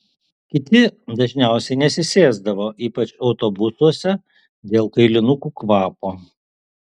kiti dažniausiai nesisėsdavo ypač autobusuose dėl kailinukų kvapo